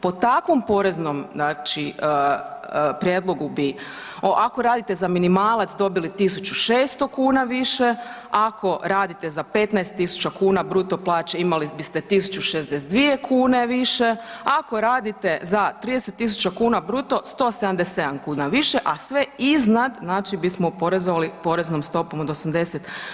Po takvom poreznom znači prijedlogu bi, ako radite za minimalac dobili 1.600 kuna više, a ako radite za 15.000 bruto plaće imali biste 1.062 kune više, a ako radite za 30.000 kuna bruto 177 kuna više, a sve iznad znači bismo oporezovali poreznom stopom od 80%